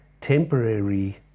temporary